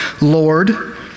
Lord